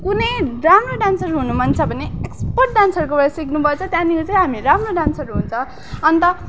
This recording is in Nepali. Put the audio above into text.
कुनै राम्रो डान्सर हुनु मन छ भने एक्सपर्ट डान्सरकोबाट सिक्नुपर्छ त्यहाँदेखिको चाहिँ हामी राम्रो डान्सर हुन्छ अन्त